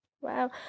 wow